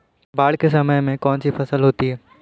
बाढ़ के समय में कौन सी फसल होती है?